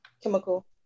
chemical